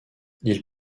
ils